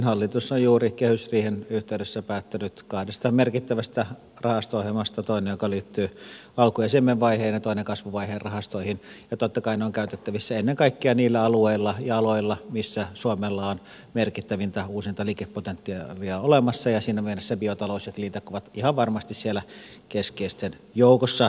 hallitus on juuri kehysriihen yhteydessä päättänyt kahdesta merkittävästä rahasto ohjelmasta toinen liittyy alku ja siemenvaiheen ja toinen kasvuvaiheen rahastoihin ja totta kai ne ovat käytettävissä ennen kaikkea niillä alueilla ja aloilla missä suomella on merkittävintä uusinta liikepotentiaalia olemassa ja siinä mielessä biotalous ja cleantech ovat ihan varmasti siellä keskeisten joukossa